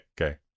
okay